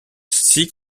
six